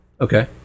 Okay